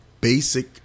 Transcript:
basic